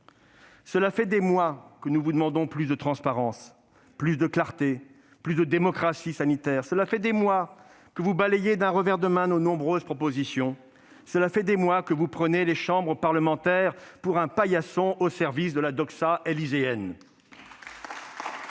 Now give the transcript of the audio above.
Cela fait des mois que nous vous demandons plus de transparence, plus de clarté, plus de démocratie sanitaire. Cela fait des mois que vous balayez d'un revers de main nos nombreuses propositions. Cela fait des mois que vous prenez les chambres parlementaires pour un paillasson au service de la doxa élyséenne.